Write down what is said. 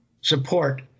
support